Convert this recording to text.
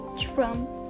Trump